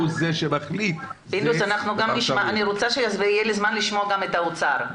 זה שמחליט --- אני רוצה שיהיה זמן לשמוע גם את האוצר.